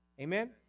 amen